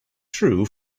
true